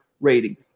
rating